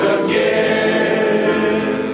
again